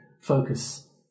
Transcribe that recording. focus